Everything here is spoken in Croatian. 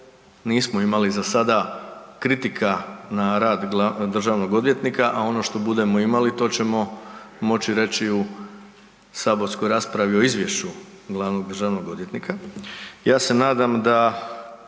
nismo imali za sada kritika na rad državnog odvjetnika, a ono što budemo imali to ćemo moći reći u saborskoj raspravi o izvješću glavnog državnog odvjetnika. Ja se nadam da